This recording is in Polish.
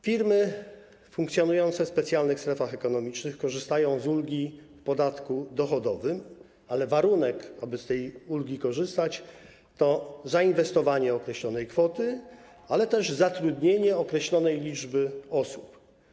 Firmy funkcjonujące w specjalnych strefach ekonomicznych korzystają z ulgi w podatku dochodowym, ale warunek, aby z tej ulgi korzystać, to zainwestowanie określonej kwoty, ale też zatrudnienie określonej liczby osób.